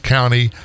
County